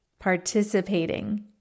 participating